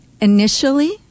initially